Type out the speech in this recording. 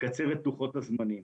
לקצר את לוחות הזמנים.